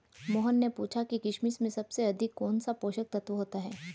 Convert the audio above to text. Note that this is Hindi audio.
मोहन ने पूछा कि किशमिश में सबसे अधिक कौन सा पोषक तत्व होता है?